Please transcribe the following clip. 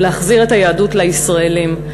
ולהחזיר את היהדות לישראלים.